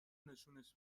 نشونش